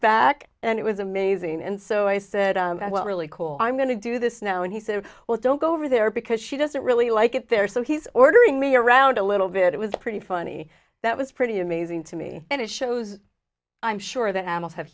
back and it was amazing and so i said well really cool i'm going to do this now and he said well don't go over there because she doesn't really like it there so he's ordering me around a little bit it was pretty funny that was pretty amazing to me and it shows i'm sure that animals have